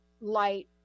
light